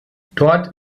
dort